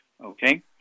Okay